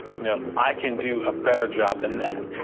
you know, i can do a better job than that.